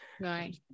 Right